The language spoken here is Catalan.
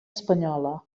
espanyola